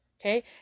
Okay